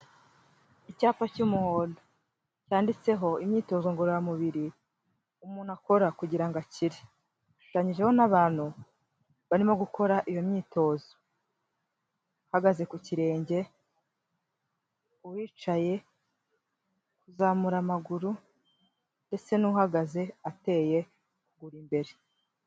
Icyapa cy'umuhondo cyanditseho imyitozo ngororamubiri umuntu akora kugira ngo akire, gishushanyijeho n'abantu barimo gukora iyo myitozo, uhagaze ku kirenge, uwicaye, uzamura amaguru ndetse n'uhagaze ateye ukugura imbere.